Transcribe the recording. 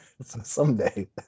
Someday